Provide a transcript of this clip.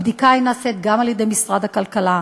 הבדיקה נעשית גם על-ידי משרד הכלכלה.